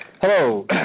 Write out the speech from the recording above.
hello